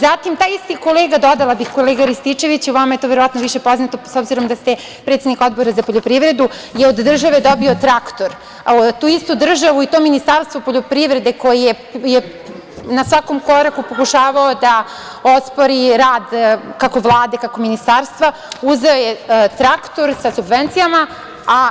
Zatim, taj isti kolega, dodala bih, kolega Rističeviću, vama je verovatno to više poznato s obzirom da ste predsednik Odbora za poljoprivredu je od države dobio traktor, a tu istu državu i to Ministarstvo poljoprivrede koje je na svakom koraku pokušavao da ospori, rad kako Vlade, kako ministarstva, uzeo je traktor sa subvencijama, a